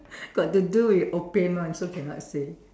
got to do with opium [one] so cannot say